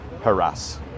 harass